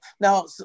now